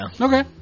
Okay